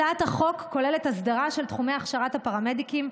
הצעת החוק כוללת הסדרה של תחומי הכשרת הפרמדיקים,